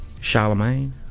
Charlemagne